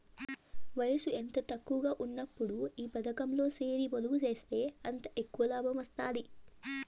వయసు ఎంత తక్కువగా ఉన్నప్పుడు ఈ పతకంలో సేరి పొదుపు సేస్తే అంత ఎక్కవ లాబం వస్తాది